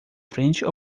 frente